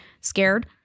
scared